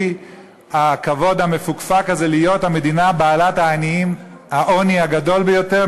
הכבוד המפוקפק הזה להיות המדינה בעלת העניים והעוני הגדול ביותר,